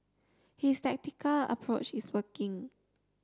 his tactical approach is working